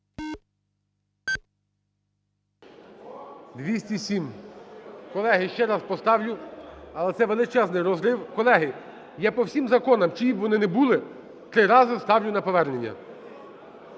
За-207 Колеги, я ще раз поставлю, але це величезний розрив. Колеги, я по всім законам, чиї б вони не були, три рази ставлю на повернення.